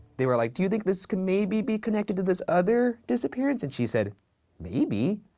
they were like, do you think this could maybe be connected to this other disappearance? and she said maybe.